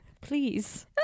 Please